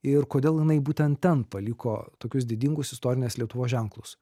ir kodėl jinai būtent ten paliko tokius didingus istorinės lietuvos ženklus